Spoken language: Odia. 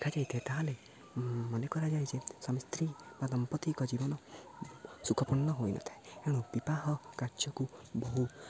ଦେଖାଯାଇଥାଏ ତା'ହେଲେ ମନେ କରାଯାଏ ଯେ ସ୍ୱାମୀ ସ୍ତ୍ରୀ ବା ଦମ୍ପତିଙ୍କ ଜୀବନ ସୁଖପୂର୍ଣ୍ଣ ହୋଇନଥାଏ ତେଣୁ ବିବାହ କାର୍ଯ୍ୟକୁ ବହୁ